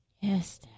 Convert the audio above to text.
Yes